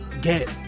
Get